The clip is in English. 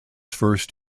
first